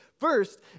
First